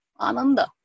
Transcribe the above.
Ananda